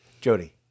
Jody